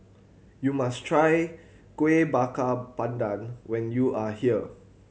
you must try Kueh Bakar Pandan when you are here